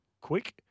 quick